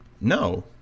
No